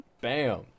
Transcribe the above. Bam